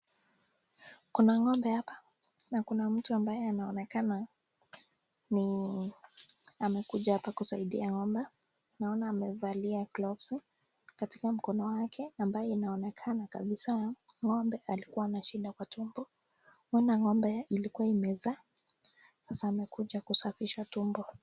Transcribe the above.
Kuna ng'ombe hapa na kuna mtu ambaye anaonekana amekuja hapa kusaidia ng'ombe. Naona amevalia glovsi katika mkono wake ambaye inaonekana kabisa ng'ombe alikuwa na shida kwa tumbo kuona ng'ombe ilikuwa imezaa sasa amekuja kusafisha tumbo.